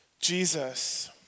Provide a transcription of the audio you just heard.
Jesus